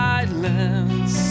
Silence